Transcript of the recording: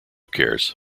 cares